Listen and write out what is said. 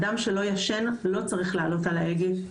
אדם שלא ישן לא צריך לעלות על ההגה.